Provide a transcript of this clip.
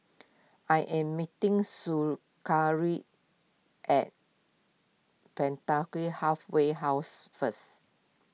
I am meeting Su curry at Penda Kueh Halfway House first